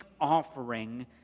offering